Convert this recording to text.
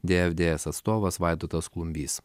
dfds atstovas vaidotas klumbys